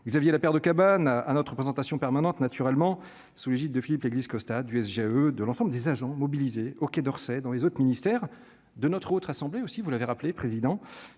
Xavier Lapeyre de Cabanes à à notre représentation permanente naturellement sous l'égide de Philippe Léglise Costa du SGA E de l'ensemble des agents mobilisés au Quai d'Orsay dans les autres ministères de notre haute assemblée aussi vous l'avez rappelé président